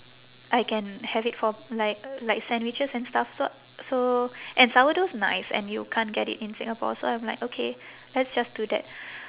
I can have it for like like sandwiches and stuff so so and sourdough's nice and you can't get it in singapore so I'm like okay let's just do that